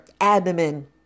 abdomen